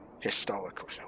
historical